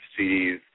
CDs